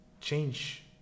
change